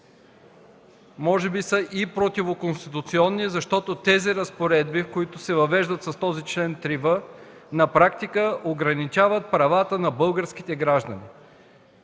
може би са и противоконституционни, защото тези разпоредби, които се въвеждат с този чл. 3б, на практика ограничават правата на българските граждани.